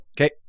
Okay